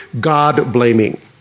God-blaming